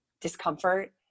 Discomfort